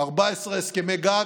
14 הסכמי גג.